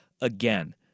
again